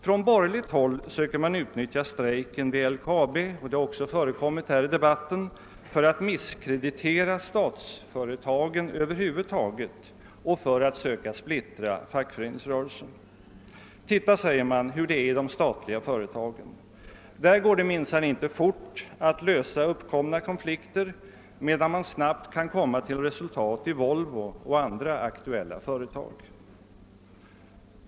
Från borgerligt håll söker man utnyttja strejken vid LKAB — det har också skett här i debatten — för att misskreditera statsföretagen över huvud taget och för att söka splittra fackföreningsrörelsen. Titta, säger man, hur är det i de statliga företagen! Där går det minsann inte fort att lösa uppkomna konflikter, medan man snabbt kan komma till resultat i Volvo och andra aktuella företag.